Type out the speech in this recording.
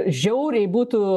žiauriai būtų